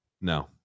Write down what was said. No